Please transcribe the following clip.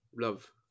love